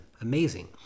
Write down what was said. Amazing